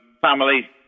family